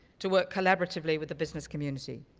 to work collaboratively with the business community.